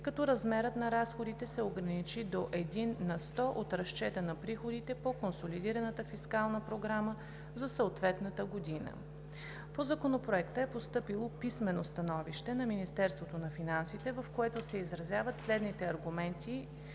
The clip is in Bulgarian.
като размерът на разходите се ограничи до едно на сто от разчета на приходите по консолидираната фискална програма за съответната година. По Законопроекта е постъпило писмено становище на Министерството на финансите, в което се изразяват следните аргументи